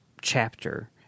chapter